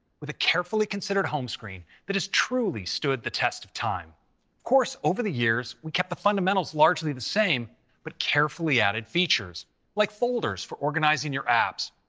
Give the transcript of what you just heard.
with a carefully considered home screen that has truly stood the test of time. of course, over the years, we've kept the fundamentals largely the same but carefully added features like folders for organizing your apps,